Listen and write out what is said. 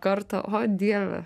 kartą o dieve